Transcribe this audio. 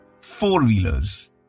four-wheelers